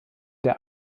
der